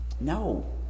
No